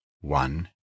One